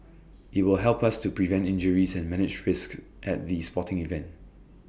IT will help us to prevent injuries and manage risks at the sporting events